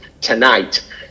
tonight